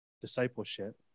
discipleship